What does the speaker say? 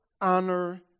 honor